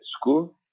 school